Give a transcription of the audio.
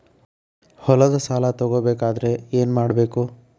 ಹೊಲದ ಸಾಲ ತಗೋಬೇಕಾದ್ರೆ ಏನ್ಮಾಡಬೇಕು?